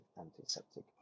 antiseptic